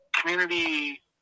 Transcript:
community